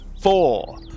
four